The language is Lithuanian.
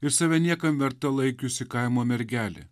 ir save niekam verta laikiusi kaimo mergelė